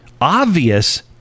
obvious